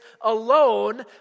alone